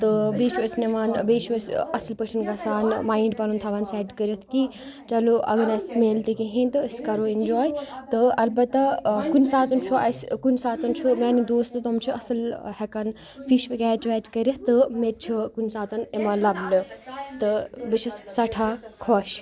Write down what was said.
تہٕ بیٚیہِ چھُ أسۍ نِوان بیٚیہِ چھُ أسۍ اصٕل پٲٹھۍ گژھان مایِنٛڈ پَنُن تھاوان سیٚٹ کٔرِتھ کہِ چلو اگر نہٕ اسہِ میلہِ تہِ کہیٖنۍ تہٕ أسۍ کَرو ایٚنجواے تہٕ اَلبَتہ ٲں کُنہِ ساتہٕ چھُ اسہِ کُنہِ ساتہٕ چھُ میانہِ دوستہٕ تِم چھِ اصٕل ہیٚکان فِش کیچ ویچ کٔرِتھ تہٕ مےٚ تہِ چھِ کُنہِ ساتہٕ یِوان لَبنہٕ تہٕ بہٕ چھَس سٮ۪ٹھاہ خۄش